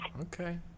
okay